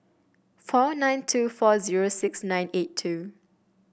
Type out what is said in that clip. four nine two four zero six nine eight two